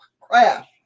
crash